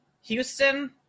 Houston